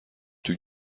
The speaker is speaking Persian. توی